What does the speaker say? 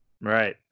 Right